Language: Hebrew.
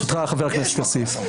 ברשותך, חבר הכנסת כסיף.